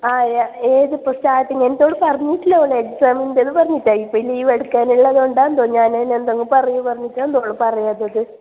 ആയോ ഏതിപ്പോൾ സ്റ്റാർട്ടിങ് എന്നോട് പറഞ്ഞിട്ടില്ല ഓൾ എക്സാം ഉണ്ടെന്ന് പറഞ്ഞിട്ടില്ല ഇപ്പോൾ ഈ ലീവ് എടുക്കാനുള്ളതുകൊണ്ടാണെന്ന് തോന്നുന്നു ഞാനതിന് എന്തെങ്കിലും പറയും പറഞ്ഞിട്ടാണെന്ന് തോന്നുന്നു പറയാത്തത്